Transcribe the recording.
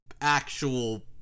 actual